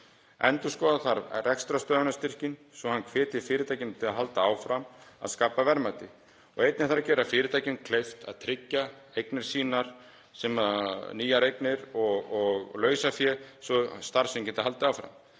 Endurskoða þarf rekstrarstöðvunarstyrkinn svo að hann hvetji fyrirtækin til að halda áfram að skapa verðmæti. Og einnig þarf að gera fyrirtækjum kleift að tryggja eignir sínar, nýjar eignir og lausafé, svo starfsemi geti haldið áfram.